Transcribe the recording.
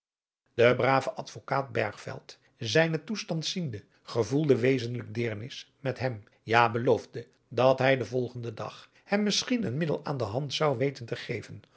de brave advokaat bergveld zijnen toestand ziende gevoelde wezenlijk deernis met hem ja beloofde dat hij den volgenden dag hem misschien een middel aan de hand zou weten te geven